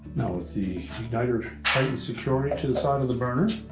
now with the nitrogen security to the side of the burner,